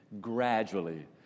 gradually